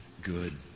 good